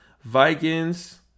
Vikings